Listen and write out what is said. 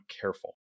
careful